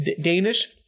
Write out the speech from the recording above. Danish